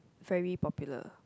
very popular